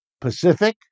Pacific